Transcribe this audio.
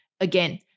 Again